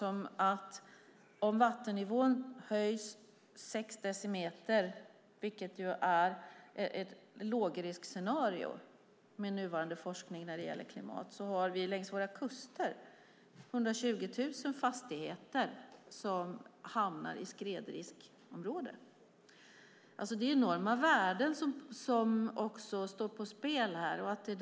Om vattennivån höjs 6 decimeter, vilket är ett lågriskscenario med nuvarande forskning när det gäller klimat, har vi längs våra kuster 120 000 fastigheter som hamnar i skredriskområden. Det är enorma värden som står på spel.